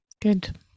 good